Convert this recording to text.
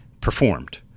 performed